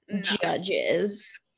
Judges